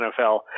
NFL